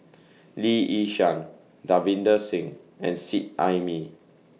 Lee Yi Shyan Davinder Singh and Seet Ai Mee